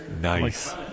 Nice